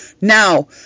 Now